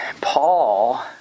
Paul